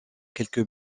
quelques